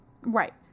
Right